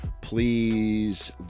please